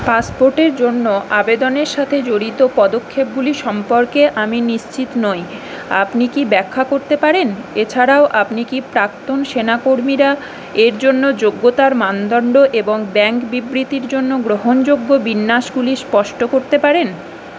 পাসপোর্টের জন্য আবেদনের সাথে জড়িত পদক্ষেপগুলি সম্পর্কে আমি নিশ্চিত নই আপনি কি ব্যাখ্যা করতে পারেন এছাড়াও আপনি কি প্রাক্তন সেনাকর্মীরা এর জন্য যোগ্যতার মানদণ্ড এবং ব্যাঙ্ক বিবৃতির জন্য গ্রহণযোগ্য বিন্যাসগুলি স্পষ্ট করতে পারেন